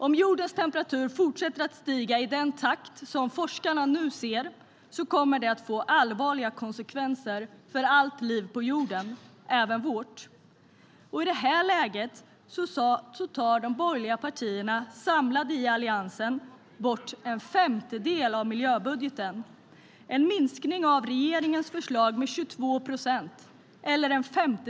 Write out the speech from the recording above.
Om jordens temperatur fortsätter att stiga i den takt som forskarna ser kommer det att få allvarliga konsekvenser för allt liv på jorden, även vårt.I detta läge tar de borgerliga partierna i Alliansen bort en femtedel av miljöbudgeten. Man gör en minskning av regeringens förslag med 22 procent.